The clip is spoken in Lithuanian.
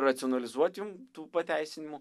racionalizuoti jum tų pateisinimų